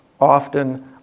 often